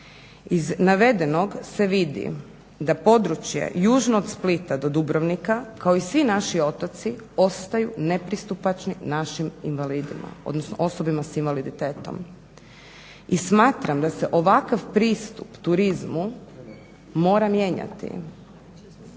Iz navedenog se vidi da područje južno od Splita do Dubrovnika kao i svi naši otoci ostaju nepristupačni našim invalidima, odnosno osobama s invaliditetom. I smatram da se ovakav pristup turizmu mora mijenjati.